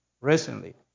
recently